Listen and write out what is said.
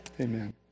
Amen